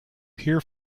here